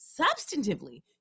Substantively